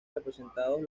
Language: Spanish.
representados